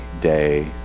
day